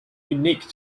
unique